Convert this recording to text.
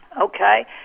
okay